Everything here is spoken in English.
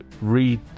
read